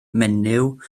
menyw